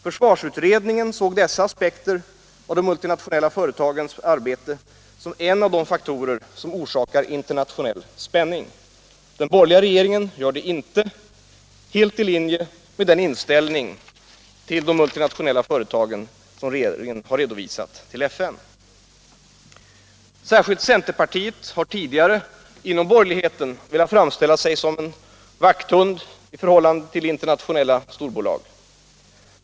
Försvarsutredningen såg dessa aspekter av de multinationella företagens arbete som en av de faktorer som orsakar internationell spänning. Den borgerliga regeringen gör det inte — helt i linje med den inställning till de multinationella företagen som regeringen har redovisat i FN. Särskilt centerpartiet har tidigare inom borgerligheten velat framställa sig som en vakthund i förhållande till internationella storbolag.